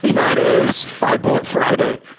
that is five bullet friday,